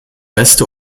beste